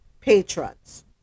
patrons